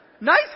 Nice